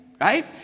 right